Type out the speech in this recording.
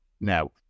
Now